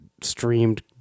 streamed